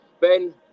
Ben